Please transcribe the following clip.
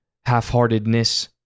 half-heartedness